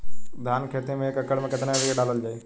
धान के खेती में एक एकड़ में केतना यूरिया डालल जाई?